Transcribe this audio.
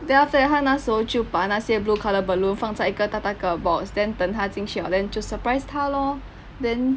then after that 他那时候就把那些 blue colour balloon 放在一个大大个的 box then 等他进去 liao then 就 surprise 他 lor then